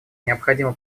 необходимо